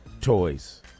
toys